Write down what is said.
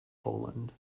poland